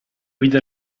vide